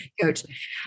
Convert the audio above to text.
coach